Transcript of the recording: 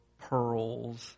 pearls